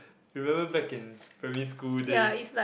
remember back in primary school days